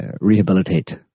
rehabilitate